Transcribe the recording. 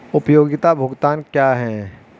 उपयोगिता भुगतान क्या हैं?